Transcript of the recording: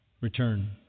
return